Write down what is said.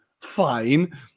fine